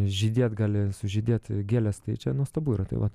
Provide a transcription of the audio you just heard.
žydėt gali sužydėt gėles tai čia nuostabu yra tai va